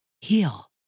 heal